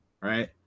right